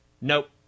nope